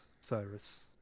Cyrus